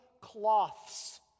cloths